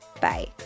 Bye